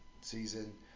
season